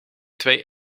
twee